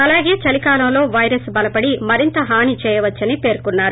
అలాగే చలికాలంలో వైరస్ బలపడి మరింత హాని చేయ వచ్చిని పేర్కొన్నారు